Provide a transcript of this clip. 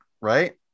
right